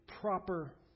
proper